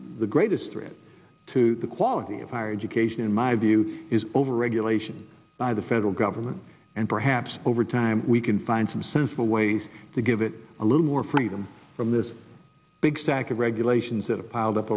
the greatest threat to the quality of higher education in my view is over regulation by the federal government and perhaps over time we can find some sensible ways to give it a little more freedom from this big stack of regulations that have piled up